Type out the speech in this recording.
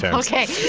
but ok.